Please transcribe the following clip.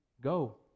Go